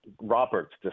Robert's